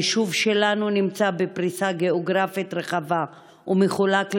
היישוב שלנו נמצא בפריסה גיאוגרפית רחבה ומחולק לשכונות,